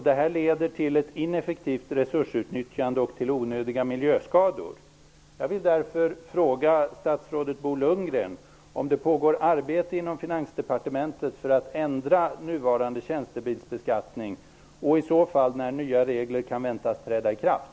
Det leder till ett ineffektivt resursutnyttjande och till onödiga miljöskador. Jag vill därför fråga statsrådet Bo Lundgren om det pågår arbete inom Finansdepartementet för att ändra nuvarande tjänstebilsbeskattning, och i så fall när nya regler kan väntas träda i kraft.